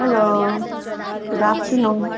hello good afternoon